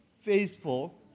faithful